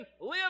live